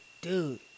dude